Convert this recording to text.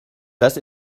dass